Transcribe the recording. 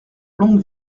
longue